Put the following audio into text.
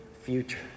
future